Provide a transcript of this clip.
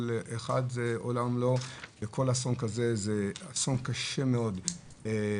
אחד זה עולם ומלואו וכל אסון כזה זה אסון קשה מאוד להורים,